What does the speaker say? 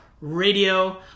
Radio